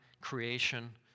creation